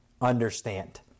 understand